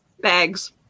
Bags